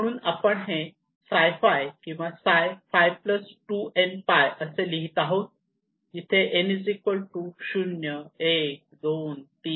म्हणून आपण हे ψφ किंवा ψφ 2nπ असे लिहीत आहोत जिथे n 01 2 3